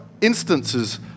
instances